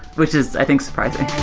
which is i think surprising.